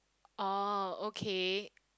oh okay